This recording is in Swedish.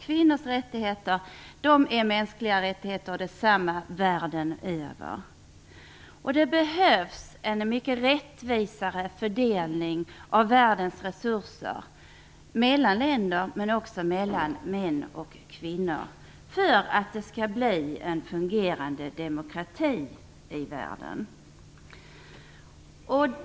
Kvinnors rättigheter är mänskliga rättigheter och är de samma världen över. Det behövs en mycket rättvisare fördelning av världens resurser mellan länder, men också mellan män och kvinnor, för att det skall bli en fungerande demokrati i världen.